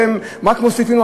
אתם רק מוסיפים,